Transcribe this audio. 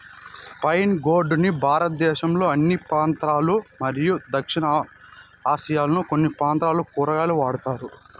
spiny gourd ని భారతదేశంలోని అన్ని ప్రాంతాలలో మరియు దక్షిణ ఆసియాలోని కొన్ని ప్రాంతాలలో కూరగాయగా వాడుతారు